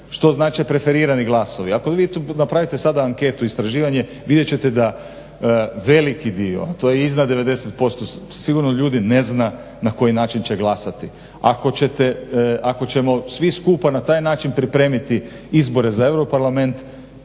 što znači preferirani glasovi. Ako vi tu napravite sada anketu, istraživanje vidjet ćete da veliki dio, a to je iznad 90% sigurno ljudi ne zna na koji način će glasati. Ako ćemo svi skupa na taj način pripremiti izbore za EU parlament